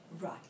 Right